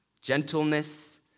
gentleness